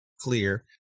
clear